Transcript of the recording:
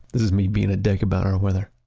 this is me being a dick about our weather